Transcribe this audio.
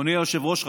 אדוני היושב-ראש,